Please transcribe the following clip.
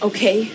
Okay